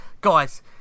Guys